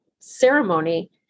ceremony